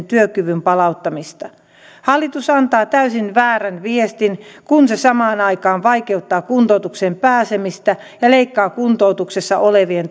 työkyvyn palauttamista hallitus antaa täysin väärän viestin kun se samaan aikaan vaikeuttaa kuntoutukseen pääsemistä ja leikkaa kuntoutuksessa olevien